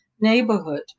neighborhood